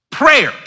Prayer